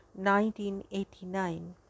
1989